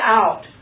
out